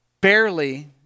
barely